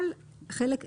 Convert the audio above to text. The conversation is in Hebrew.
אבל את חלק ה'